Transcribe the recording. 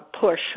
push